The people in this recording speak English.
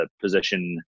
position